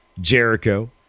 Jericho